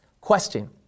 Question